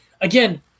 again